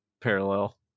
parallel